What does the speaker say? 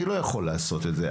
אני לא יכול לעשות זאת.